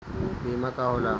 बीमा का होला?